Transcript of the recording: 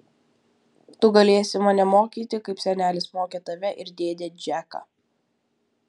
tu galėsi mane mokyti kaip senelis mokė tave ir dėdę džeką